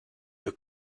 were